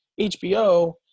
HBO